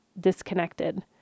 disconnected